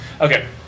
Okay